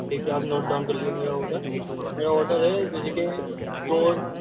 ٹھیک ہے آپ نوٹ ڈاؤن کر لیجیے میرا آڈر میرا آڈر ہے جیسے کہ دو